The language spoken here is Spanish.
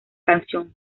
canción